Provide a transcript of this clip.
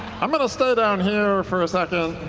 i'm going to stay down here for a second.